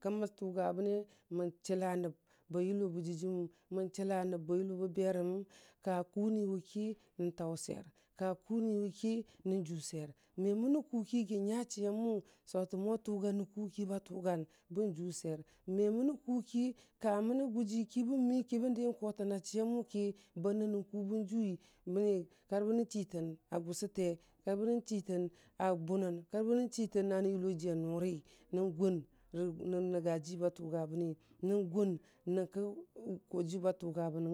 Kəmən tugabəne mən chəla nəb ba yabu ba dəjiməm, mən chəla nəb ba yʊwu bə berəməm, ka kʊʊni wʊki nən tau swer, ka kʊʊni wuki nən jʊ swer me mənə kʊʊ wʊki nən jʊ swer me mənə kʊʊ ki yəgi ya chəya mʊ sotən mo tʊgan rə yəgi nya chəya mʊ sotən mo tʊgan rə kʊ ki ba tʊgan bənjʊ swer, me mənə kʊʊki, ka mənə gʊji ki bən mi ki bən di kotənna chəya mu ki ba nənən kʊʊ bən jʊwi, məni ka ri bənən chitən a gʊsʊte, kari bə chitən a bʊnən, kari bənən chitən nən yʊlo ji a nuri, nən gʊn nən nənga ji ba tʊbagəbəni, nən gʊn yənkə ta'ajiyu ba tʊga bənəng.